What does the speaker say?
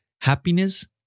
happiness